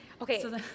Okay